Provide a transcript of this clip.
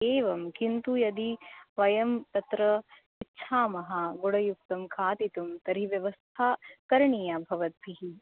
एवं किन्तु यदि वयं तत्र इच्छामः गुडयुक्तं खादितुं तर्हि व्यवस्था करणीया भवद्भिः